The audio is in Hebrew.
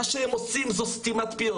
מה שהם עושים זאת סתימת פיות.